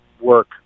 work